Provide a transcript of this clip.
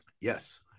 Yes